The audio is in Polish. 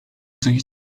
pokazuję